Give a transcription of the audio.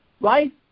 right